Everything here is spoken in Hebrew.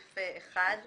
לבשל ארבסט.